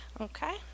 Okay